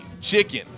chicken